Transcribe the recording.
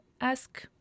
ask